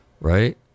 right